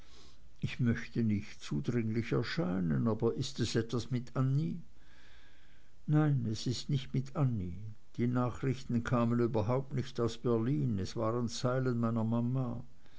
ich möchte nicht zudringlich erscheinen aber ist es etwas mit annie nein nicht mit annie die nachrichten kamen überhaupt nicht aus berlin es waren zeilen meiner mama